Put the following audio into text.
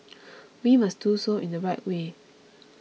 we must do so in the right way